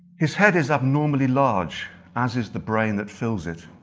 his head is abnormally large as is the brain that fills it,